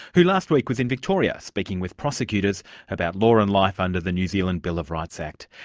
who last week was in victoria, speaking with prosecutors about law and life under the new zealand bill of rights act.